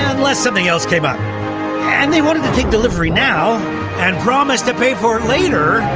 unless something else came up and they wanted to take delivery now and promised to pay for it later,